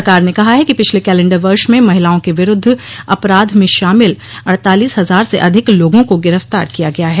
सरकार ने कहा है कि पिछले कैलेंडर वर्ष में महिलाओं के विरूद्ध अपराध में शामिल अड़तालीस हजार से अधिक लोगों को गिरफ्तार किया गया है